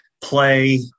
play